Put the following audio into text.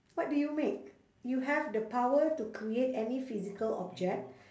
what do you make you have the power to create any physical object